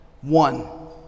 one